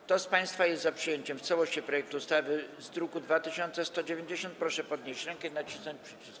Kto z państwa jest za przyjęciem w całości projektu ustawy z druku nr 2190, proszę podnieść rękę i nacisnąć przycisk.